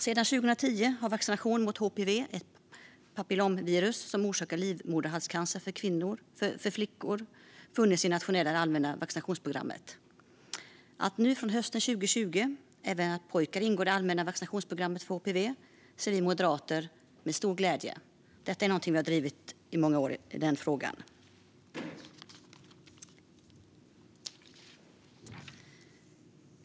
Sedan 2010 har vaccination mot HPV, ett papillomvirus som orsakar livmoderhalscancer hos kvinnor och flickor, funnits med i det allmänna vaccinationsprogrammet. Att nu från hösten 2020 även pojkar ingår i det allmänna vaccinationsprogrammet för HPV ser vi moderater med stor glädje på. Vi har drivit denna fråga i många år.